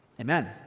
Amen